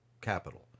capital